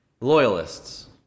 loyalists